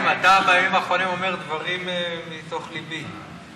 חיים, אתה, בימים האחרונים, אומר דברים מתוך ליבי.